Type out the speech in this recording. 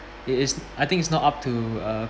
it is I think is not up to uh